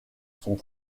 sont